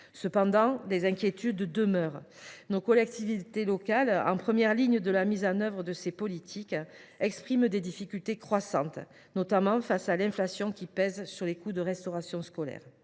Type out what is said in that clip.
Cependant, des inquiétudes persistent. Nos collectivités locales, en première ligne de la mise en œuvre de ces politiques, connaissent des difficultés croissantes, notamment face à l’inflation qui pèse sur les coûts de la restauration scolaire.